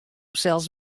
sels